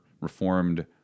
Reformed